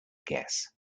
guess